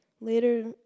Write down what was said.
later